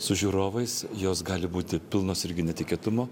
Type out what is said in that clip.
su žiūrovais jos gali būti pilnos irgi netikėtumo